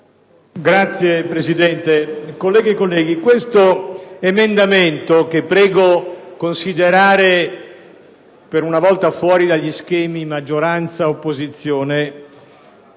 Signor Presidente, colleghe e colleghi, questo emendamento, che invito a considerare per una volta al di fuori dagli schemi maggioranza-opposizione,